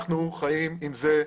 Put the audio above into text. אנחנו חיים עם זה.